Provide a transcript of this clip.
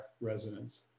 residents